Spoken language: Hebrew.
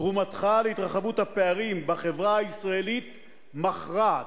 תרומתך להתרחבות הפערים בחברה הישראלית מכרעת.